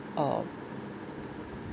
uh